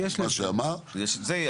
מה שאמר --- איזה נפקות יש?